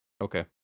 okay